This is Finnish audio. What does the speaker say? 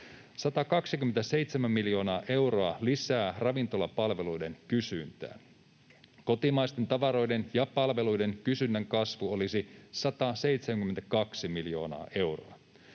127 miljoonaa euroa lisää ravintolapalveluiden kysyntään, kotimaisten tavaroiden ja palveluiden kysynnän kasvu olisi 172 miljoonaa euroa,